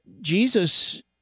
Jesus